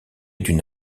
d’une